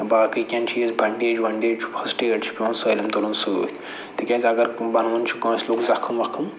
باقٕے کیٚنٛہہ چیٖز بَنٛڈیج وَنٛڈیج چھُ فٔسٹ ایڈ چھُ پٮ۪وان سٲلِم تُلُن سۭتۍ تِکیٛازِ اَگر بَنوُن چھُ کٲنٛسہِ لوٚگ زَخٕم وَخٕم